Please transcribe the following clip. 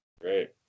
Great